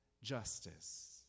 justice